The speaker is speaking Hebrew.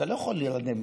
אתה לא יכול להירדם מחדש,